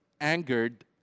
angered